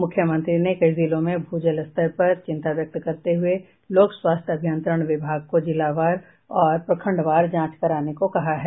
मुख्यमंत्री ने कई जिलों में भूजल स्तर पर चिंता व्यक्त करते हुए लोक स्वास्थ्य अभियंत्रण विभाग को जिलावार और प्रखंडवार जांच कराने का कहा है